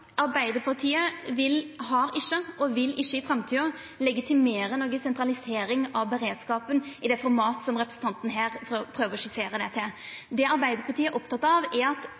har legitimert og i framtida ikkje vil legitimera noka sentralisering av beredskapen i det formatet som representanten her prøver å skissera. Det Arbeidarpartiet er oppteke av, er vår beredskap, vår evne til å førebyggja, og at